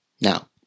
Now